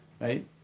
right